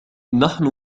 نحن